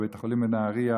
בבית החולים בנהריה,